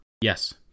Yes